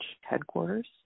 headquarters